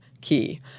Key